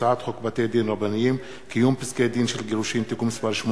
הצעת חוק בתי-דין רבניים (קיום פסקי-דין של גירושין) (תיקון מס' 8)